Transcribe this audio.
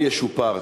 או ישופר.